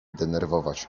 denerwować